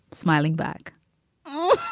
smiling back oh,